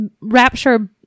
rapture